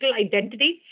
identity